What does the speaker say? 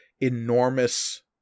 enormous